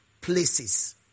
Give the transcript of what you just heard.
Places